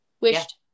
Wished